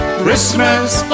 Christmas